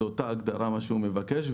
זאת אותה הגדרה כמו שאבי מבקש,